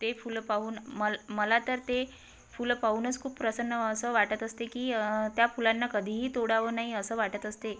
ते फुलं पाहून मल मला तर ते फुलं पाहूनच खूप प्रसन्न असं वाटत असते की त्या फुलांना कधीही तोडावं नाही असं वाटत असते